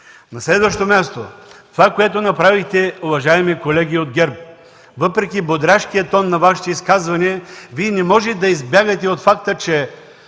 На следващо място, това, което направихте, уважаеми колеги от ГЕРБ, въпреки бодряшкия тон на Вашите изказвания – Вие не можете да избягате от факта, че